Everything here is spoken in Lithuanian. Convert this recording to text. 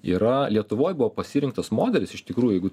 yra lietuvoj buvo pasirinktas modelis iš tikrųjų jeigu